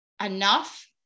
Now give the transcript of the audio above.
enough